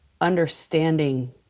understanding